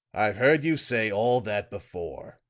i've heard you say all that before,